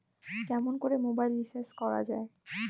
কেমন করে mobile recharge করা য়ায়?